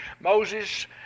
Moses